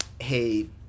hey